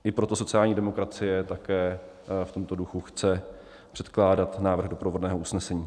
I proto sociální demokracie v tomto duchu chce předkládat návrh doprovodného usnesení.